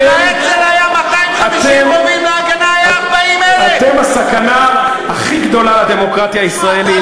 לאצ"ל היו 250 רובים ול"הגנה" היו 40,000. אתם הסכנה הכי גדולה לדמוקרטיה הישראלית,